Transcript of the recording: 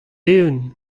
eeun